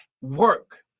work